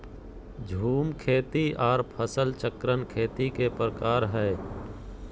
झूम खेती आर फसल चक्रण खेती के प्रकार हय